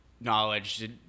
knowledge